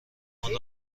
مال